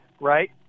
right